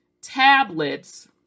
tablets